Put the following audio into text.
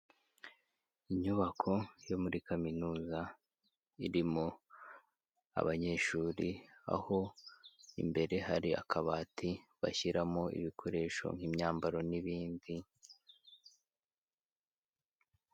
Inyubako yo muri kaminuza irimo abanyeshuri, aho imbere hari akabati bashyiramo ibikoresho nk'imyambaro n'ibindi.